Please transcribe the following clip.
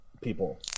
people